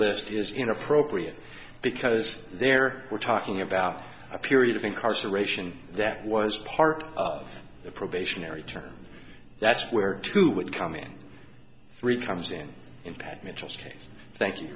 list is inappropriate because there we're talking about a period of incarceration that was part of the probationary term that's where two would come in three times in in pat mitchell thank you